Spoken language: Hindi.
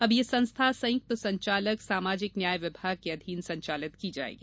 अब ये संस्था संयुक्त संचालक सामाजिक न्याय विभाग के अधीन संचालित की जायेगी